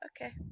okay